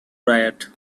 riot